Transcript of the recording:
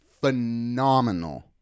phenomenal